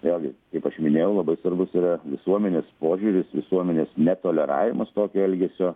vėlgi kaip aš minėjau labai svarbus yra visuomenės požiūris visuomenės netoleravimas tokio elgesio